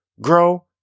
grow